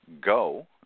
go